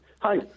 Hi